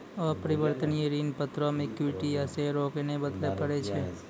अपरिवर्तनीय ऋण पत्रो मे इक्विटी या शेयरो के नै बदलै पड़ै छै